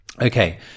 Okay